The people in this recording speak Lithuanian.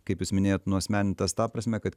kaip jūs minėjot nuasmenintas ta prasme kad